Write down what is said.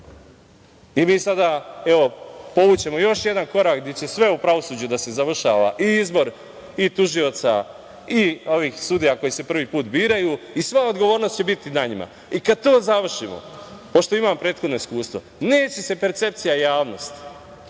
ćemo sada povući još jedan korak gde će sve u pravosuđu da se završava, i izbor tužioca, i sudija koji se prvi put biraju, i sva odgovornost će biti na njima. Kad to završimo, pošto imam prethodno iskustvo, neće se percepcija javnosti